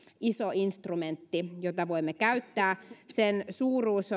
iso instrumentti jota voimme käyttää sen suuruus